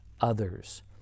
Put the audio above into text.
others